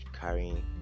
carrying